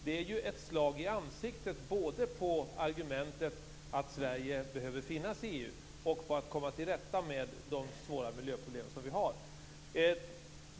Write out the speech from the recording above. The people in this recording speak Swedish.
Det är ett slag i ansiktet vad gäller argumentet att Sverige behöver finnas i EU och när det gäller att komma till rätta med de svåra miljöproblem som vi har.